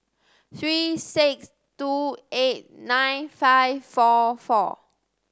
three six two eight nine five four four